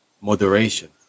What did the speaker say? moderation